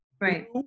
Right